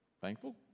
thankful